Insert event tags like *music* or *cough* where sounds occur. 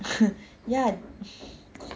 *noise* ya